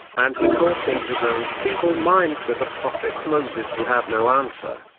and he thought in his own feeble mind that the prophet moses would have no answer.